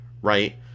right